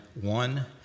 one